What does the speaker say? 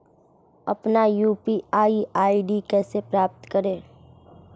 अपना UPI ID कैसे प्राप्त करें?